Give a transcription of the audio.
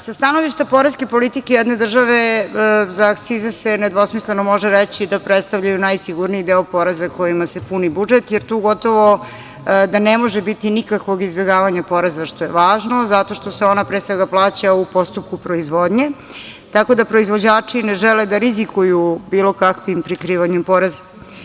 Sa stanovišta poreske politike jedne države, za akcize se nedvosmisleno može reći da predstavljaju najsigurniji deo poreza kojima se puni budžet, jer tu gotovo da ne može biti nikakvog izbegavanja poreza, što je važno, zato što se ona, pre svega, plaća u postupku proizvodnje, tako da proizvođači ne žele da rizikuju bilo kakvim prikrivanjem poreza.